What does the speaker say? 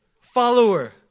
follower